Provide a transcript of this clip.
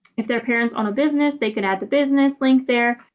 if their parents on a business, they could add the business link there.